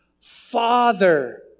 Father